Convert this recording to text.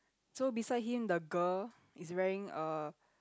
so beside him the girl is wearing a